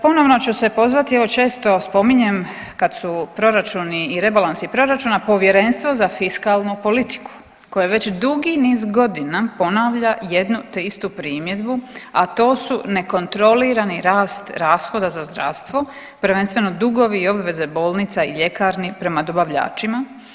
Ponovno ću se pozvati, evo često spominjem kad su proračuni i rebalansi proračuna Povjerenstvo za fiskalnu politiku koje već dugi niz godina ponavlja jednu te istu primjedbu, a to su nekontrolirani rast rashoda za zdravstvo, prvenstveno dugovi i obveze bolnica i ljekarni prema dobavljačima.